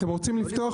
אתם רוצים לפתוח?